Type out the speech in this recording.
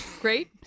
Great